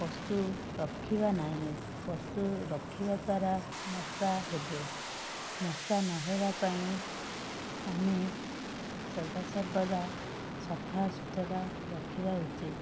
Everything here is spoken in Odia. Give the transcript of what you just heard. ପଶୁ ରଖିବା ନାହିଁ ପଶୁ ରଖିବା ଦ୍ଵାରା ମଶା ହେବେ ମଶା ନହେବା ପାଇଁ ଆମେ ସଦାସର୍ବଦା ସଫାସୁତୁରା ରଖିବା ଉଚିତ